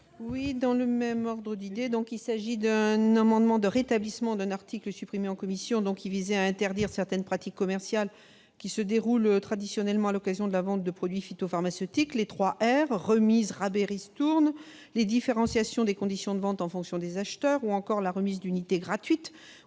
n° 551 rectifié. Il s'agit d'un amendement de rétablissement d'un article, supprimé en commission, qui visait à interdire certaines pratiques commerciales se déroulant traditionnellement à l'occasion de la vente de produits phytopharmaceutiques : les « 3 R »- remises, rabais, ristournes -, les différenciations des conditions de vente en fonction des acheteurs, la remise d'unités gratuites